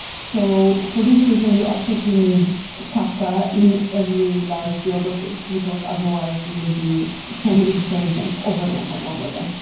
so for this reason you absolutely need kafka in every large geography, because otherwise you will be sending the same events over and over and over again.